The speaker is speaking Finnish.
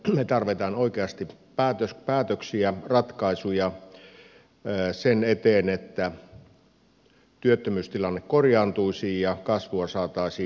me tarvitsemme oikeasti päätöksiä ratkaisuja sen eteen että työttömyystilanne korjaantuisi ja kasvua saataisiin aikaan